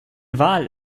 wal